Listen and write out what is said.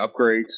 upgrades